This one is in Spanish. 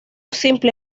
simple